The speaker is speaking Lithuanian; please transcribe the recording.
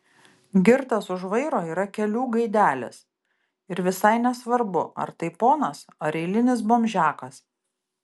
girtas už vairo yra kelių gaidelis ir visai nesvarbu ar tai ponas ar eilinis bomžiakas